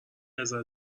ازت